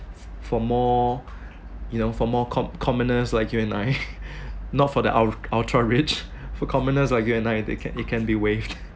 for more you know for more com~ commoners like you and I not for the ul~ ultra rich for commoners like you and I they can it can be waived